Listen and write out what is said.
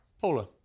Paula